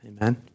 Amen